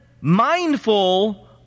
mindful